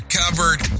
covered